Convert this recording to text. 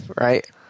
right